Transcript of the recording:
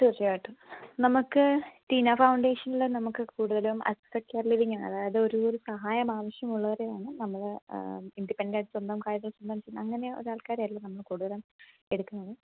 തീർച്ചയായിട്ടും നമുക്ക് ടീനാ ഫൗണ്ടേഷനിൽ നമുക്ക് കൂടുതലും അസിസ്റ്റഡ് കെയർ ലിവിങ്ങ് ആണ് അതായതൊരു ഒരു സഹായം ആവശ്യമുള്ളവരെയാണ് നമ്മൾ ഇൻഡിപെൻഡൻറ് ആയിട്ട് സ്വന്തം കാര്യം സ്വന്തം ചെയ്യുന്ന അങ്ങനെ ഒരു ആൾക്കാരെയല്ല നമ്മൾ കൂടുതലും എടുക്കുന്നത്